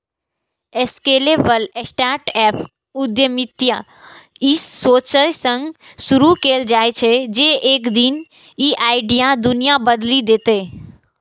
scalable startup उद्यमिता ई सोचसं शुरू कैल जाइ छै, जे एक दिन ई आइडिया दुनिया बदलि देतै